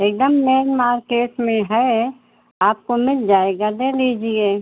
एकदम main market में है आपको मिल जाएगा ले लीजिए